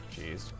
Jeez